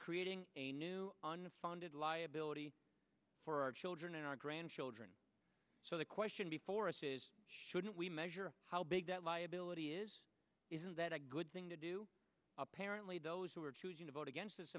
creating a new on the funded liability for our children and our grandchildren so the question before us is shouldn't we measure how big that liability is isn't that a good thing to do apparently those who are choosing to vote against this